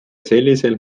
sellisel